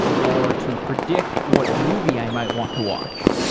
or to predict what movie i might want to watch.